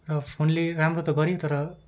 र फोनले राम्रो त गर्यो तर